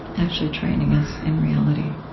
actually training us in reality